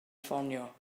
ffonio